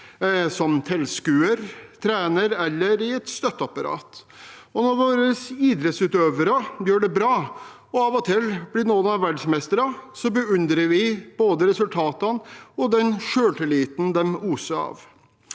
som tilskuer, som trener eller i et støtteapparat, og når våre idrettsutøvere gjør det bra – og av og til blir noen av dem verdensmester – beundrer vi både resultatene og den selvtilliten de oser av.